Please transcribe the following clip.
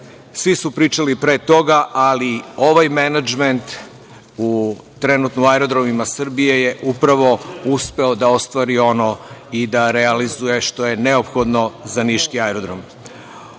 Svi su pričali pre toga, ali ovaj menadžment trenutno u aerodromima Srbije je u pravo uspeo da ostvari ono i da realizuje što je neophodno za Niški aerodrom. Kao